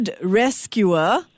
Rescuer